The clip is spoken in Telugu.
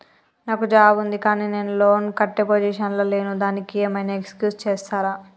నాకు జాబ్ ఉంది కానీ నేను లోన్ కట్టే పొజిషన్ లా లేను దానికి ఏం ఐనా ఎక్స్క్యూజ్ చేస్తరా?